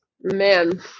Man